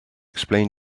explain